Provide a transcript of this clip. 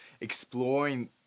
exploring